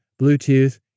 Bluetooth